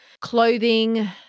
clothing